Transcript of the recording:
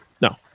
no